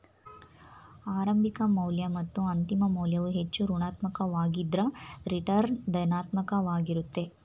ಆರಂಭಿಕ ಮೌಲ್ಯ ಮತ್ತು ಅಂತಿಮ ಮೌಲ್ಯವು ಹೆಚ್ಚು ಋಣಾತ್ಮಕ ವಾಗಿದ್ದ್ರ ರಿಟರ್ನ್ ಧನಾತ್ಮಕ ವಾಗಿರುತ್ತೆ